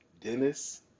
Dennis